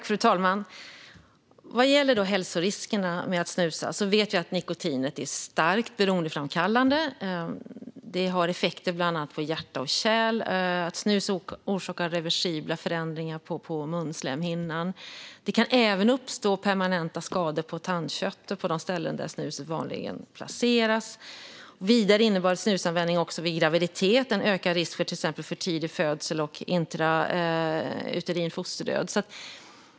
Fru talman! Vad gäller hälsoriskerna med att snusa vet vi att nikotinet är starkt beroendeframkallande. Det har effekter bland annat på hjärta och kärl. Att snusa orsakar reversibla förändringar på munslemhinnan. Det kan även uppstå permanenta skador på tandkött och de ställen där snuset vanligen placeras. Vidare innebär snusanvändning vid graviditet en ökad risk för till exempel för tidig födsel och intrauterin fosterdöd.